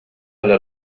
alla